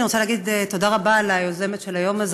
אני רוצה להגיד תודה רבה ליוזמת של היום הזה,